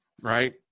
right